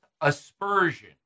aspersion